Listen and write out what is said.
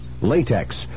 Latex